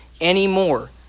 anymore